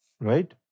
Right